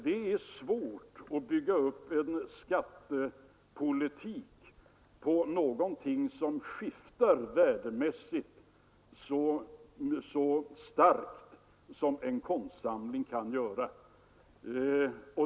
Det är svårt att bygga upp en skattepolitik på någonting som värdemässigt skiftar så starkt som en konstsamling kan göra.